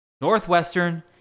Northwestern